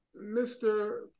Mr